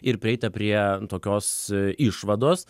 ir prieita prie tokios išvados